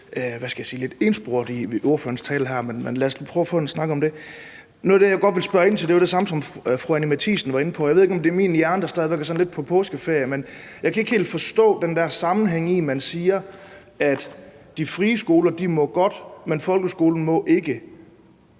ensporet i ordførerens tale her, men lad os prøve at få en snak om det. Noget af det, jeg godt vil spørge ind til, er det samme, som fru Anni Matthiesen var inde på. Jeg ved ikke, om det er min hjerne, der stadig er lidt på påskeferie, men jeg kan ikke helt forstå den der sammenhæng i, at man siger, at de frie skoler godt må, men at folkeskolen ikke